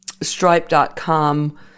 stripe.com